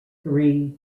three